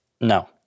No